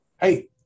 Hey